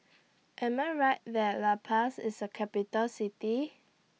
Am I Right that La Paz IS A Capital City